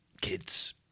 kids